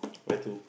where to